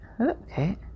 Okay